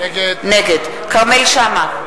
נגד כרמל שאמה,